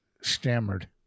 stammered